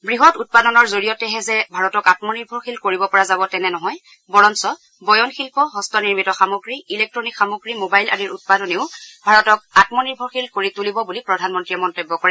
বৃহৎ উৎপাদনৰ জৰিয়তেহে যে ভাৰতক আম্মনিৰ্ভৰশীল কৰিব পৰা যাব তেনে নহয় বৰঞ্চ বয়ন শিল্প হস্তনিৰ্মিত সামগ্ৰী ইলেক্টনিক সামগ্ৰী মোবাইল আদিৰ উৎপাদনেও ভাৰতক আম্মনিৰ্ভৰশীল কৰি তুলিব বুলি প্ৰধানমন্ত্ৰীয়ে মন্তব্য কৰে